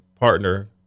partner